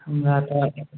हमरा तऽ